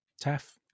Taff